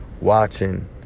watching